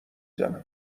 زنم